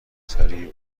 سریع